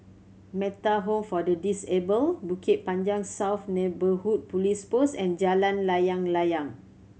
Metta Home for the Disabled Bukit Panjang South Neighbourhood Police Post and Jalan Layang Layang